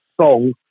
song